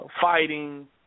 fighting